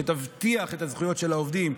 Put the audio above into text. שתבטיח את הזכויות של העובדים,